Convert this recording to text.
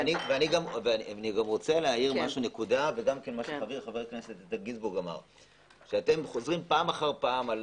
וגם אני רוצה להעיר אתם חוזרים פעם אחר פעם: